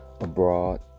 abroad